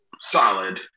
solid